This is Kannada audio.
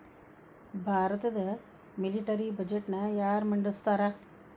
ಭಾರತದ ಮಿಲಿಟರಿ ಬಜೆಟ್ನ ಯಾರ ಮಂಡಿಸ್ತಾರಾ